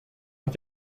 hat